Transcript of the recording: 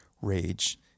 rage